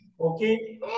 okay